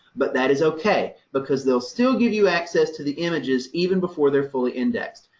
but that is ok, because they'll still give you access to the images, even before they're fully indexed.